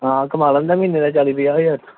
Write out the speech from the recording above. ਹਾਂ ਕਮਾ ਲੈਂਦਾ ਮਹੀਨੇ ਦਾ ਚਾਲੀ ਪੰਜਾਹ ਹਜ਼ਾਰ